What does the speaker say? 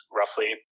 roughly